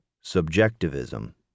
subjectivism